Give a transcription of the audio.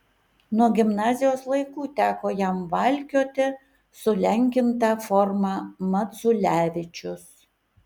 nuo gimnazijos laikų teko jam valkioti sulenkintą formą maculevičius